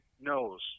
knows